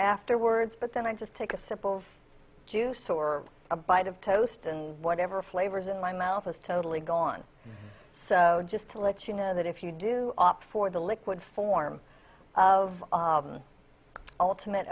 afterwards but then i just take a sip of juice or a bite of toast and whatever flavors in my mouth has totally gone so just to let you know that if you do opt for the liquid form of ultimate